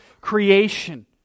creation